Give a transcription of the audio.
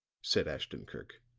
said ashton-kirk.